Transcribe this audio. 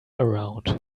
around